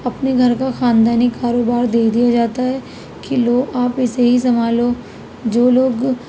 اپنے گھر کا خاندانی کاروبار دے دیا جاتا ہے کہ لو آپ اسے ہی سنبھالو جو لوگ